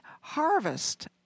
harvest